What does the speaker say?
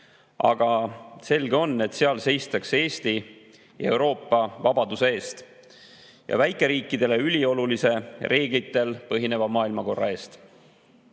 aga selge on, et seal seistakse ka Eesti ja Euroopa vabaduse eest ja väikeriikidele üliolulise reeglitel põhineva maailmakorra eest. Kui